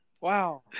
Wow